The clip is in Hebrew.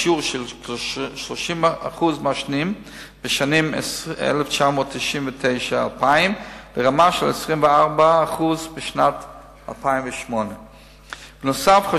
משיעור של 30% מעשנים בשנים 2000-1999 לרמה של 24% בשנת 2008. נוסף על